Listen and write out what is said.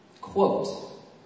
quote